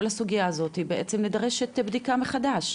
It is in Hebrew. הסוגייה הזאתי בעצם נדרשת בדיקה מחדש?